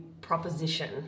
proposition